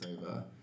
over